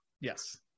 Yes